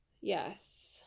Yes